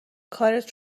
کارت